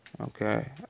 Okay